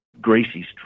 Gracie's